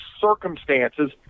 circumstances